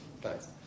Thanks